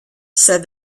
said